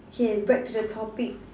K back to the topic